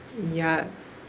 Yes